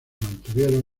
mantuvieron